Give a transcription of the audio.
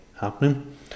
happening